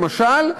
למשל,